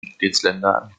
mitgliedsländer